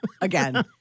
Again